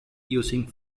using